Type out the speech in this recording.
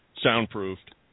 soundproofed